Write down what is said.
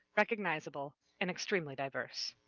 recognizable, and extremely diverse.